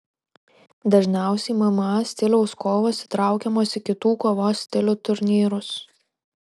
dažniausiai mma stiliaus kovos įtraukiamos į kitų kovos stilių turnyrus